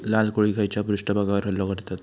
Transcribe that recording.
लाल कोळी खैच्या पृष्ठभागावर हल्लो करतत?